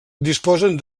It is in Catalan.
disposen